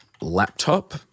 laptop